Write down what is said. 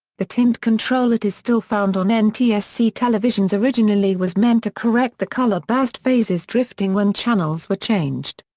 the tint control that is still found on and ah ntsc televisions originally was meant to correct the color burst phase's drifting when channels were changed.